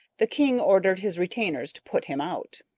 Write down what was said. the king ordered his retainers to put him out.